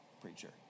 preacher